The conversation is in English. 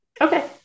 Okay